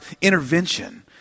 intervention